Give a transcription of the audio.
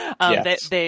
Yes